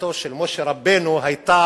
שעמדתו של משה רבנו היתה: